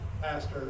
pastor